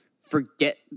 forget